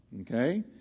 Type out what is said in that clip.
Okay